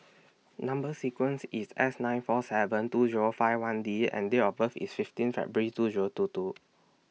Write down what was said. Number sequence IS S nine four seven two Zero five one D and Date of birth IS fifteen February two Zero two two